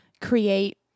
create